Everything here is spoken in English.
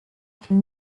can